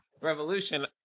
Revolution